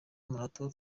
marato